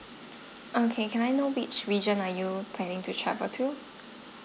okay can I know which region are you planning to travel to